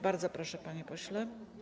Bardzo proszę, panie pośle.